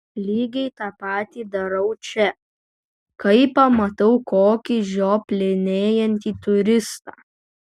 lygiai tą patį darau čia kai pamatau kokį žioplinėjantį turistą